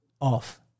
off